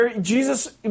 Jesus